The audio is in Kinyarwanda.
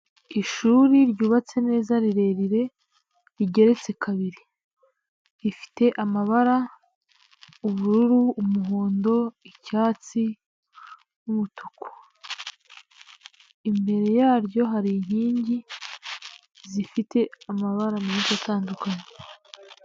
Ishuri ryubatse neza rirerire, rigeretse kabiri . Rifite amabara :ubururu ,umuhondo ,icyatsi n'umutuku. Imbere yaryo hari inkingi zifite amabara menshi atandukanye.